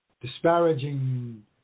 disparaging